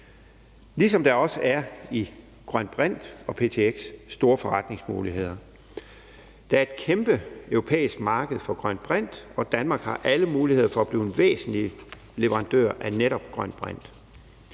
ligesom der også er det i grøn brint og ptx, altså store forretningsmuligheder. Der er et kæmpe europæisk marked for grøn brint, og Danmark har alle muligheder for at blive en væsentlig leverandør af netop grøn brint.